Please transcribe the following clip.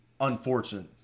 unfortunate